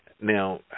Now